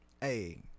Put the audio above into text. hey